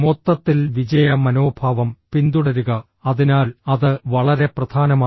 മൊത്തത്തിൽ വിജയ മനോഭാവം പിന്തുടരുക അതിനാൽ അത് വളരെ പ്രധാനമാണ്